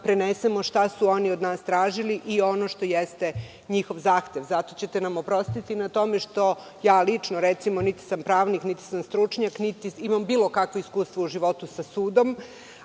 prenesemo šta su oni od nas tražili i ono što jeste njihov zahtev. Zato ćete nam oprostiti na tome što, recimo ja lično niti sam pravnik, niti sam stručnjak, niti imam bilo kakvih iskustava u životu sa sudom,